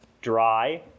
dry